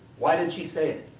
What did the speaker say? why did she say it?